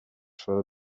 for